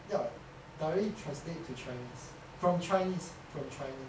ya direct translate to chinese from chinese from chinese so I of chinese